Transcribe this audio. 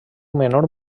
menor